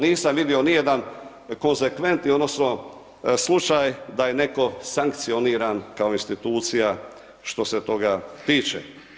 Nisam vidio nijedan konzekventni odnosno slučaj da je netko sankcioniran kao institucija što se toga tiče.